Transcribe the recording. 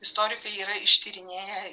istorikai yra ištyrinėję